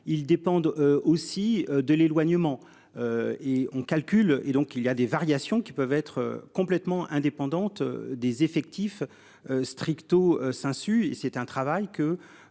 ils dépendent aussi de l'éloignement. Et on calcule et donc il y a des variations qui peuvent être complètement indépendante des effectifs. Stricto sensu, et c'est un travail que